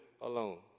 alone